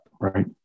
right